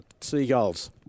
Seagulls